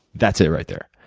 that's it, right there.